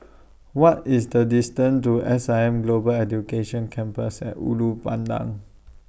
What IS The distance to S I M Global Education Campus At Ulu Pandan